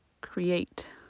create